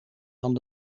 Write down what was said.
van